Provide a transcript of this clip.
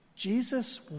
Jesus